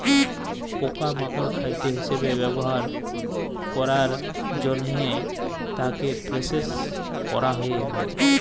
পকা মাকড় খাদ্য হিসবে ব্যবহার ক্যরের জনহে তাকে প্রসেস ক্যরা হ্যয়ে হয়